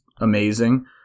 amazing